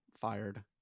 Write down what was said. fired